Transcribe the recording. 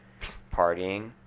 partying